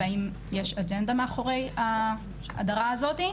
והאם יש אג'נדה מאחורי ההדרה הזאת.